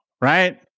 right